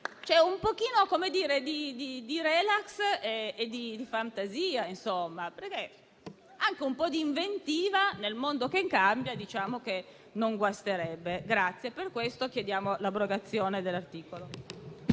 un po' di *relax* e fantasia, perché anche un po' di inventiva nel mondo che cambia non guasterebbe. Per questo chiediamo l'abrogazione dell'articolo